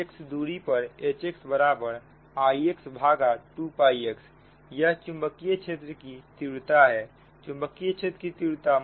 x दूरी पर Hxबराबर Ix2x यह चुंबकीय क्षेत्र की तीव्रता है